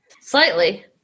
Slightly